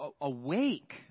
awake